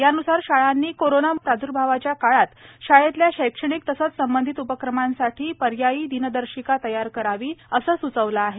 यान्सार शाळांनी कोरोना प्राद्भावाच्या काळात शाळेतल्या शैक्षणिक तसंच संबंधित उपक्रमासांसाठी पर्यायी दिनदर्शिका तयार करावी असं सुचवलं आहे